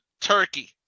turkey